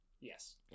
Yes